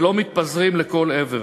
ולא מתפזרים לכל עבר.